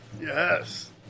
Yes